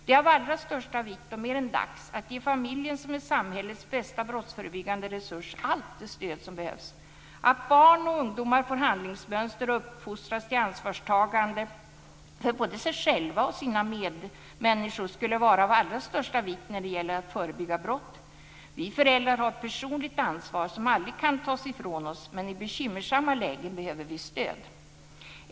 Det är av allra största vikt och mer än dags att ge familjen, som är samhällets bästa brottsförebyggande resurs, allt det stöd som behövs. Att barn och ungdomar får handlingsmönster och uppfostras till ansvarstagande för både sig själva och sina medmänniskor skulle vara av allra största vikt när det gäller att förebygga brott. Vi föräldrar har ett personligt ansvar som aldrig kan tas ifrån oss, men i bekymmersamma lägen behöver vi stöd.